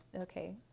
okay